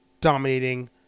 dominating